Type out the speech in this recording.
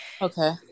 Okay